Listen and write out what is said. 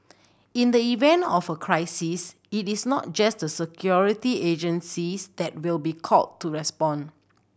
in the event of a crisis it is not just the security agencies that will be called to respond